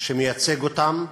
שמייצג אותם.